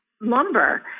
lumber